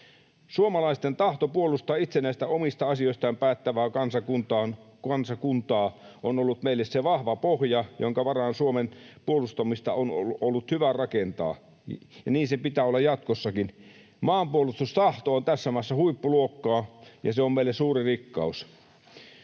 Suomalaisten tahto puolustaa itsenäistä, omista asioistaan päättävää kansakuntaa on ollut meille se vahva pohja, jonka varaan Suomen puolustamista on ollut hyvä rakentaa. Niin sen pitää olla jatkossakin. Maanpuolustustahto on tässä maassa huippuluokkaa, ja se on meille suuri rikkaus.